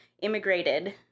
immigrated